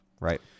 right